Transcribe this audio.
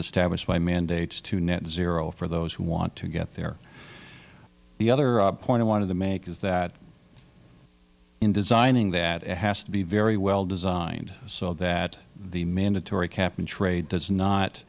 established by mandates to net zero for those who want to get there the other point i wanted to make is that in designing that it has to be very well designed so that the mandatory cap and trade does not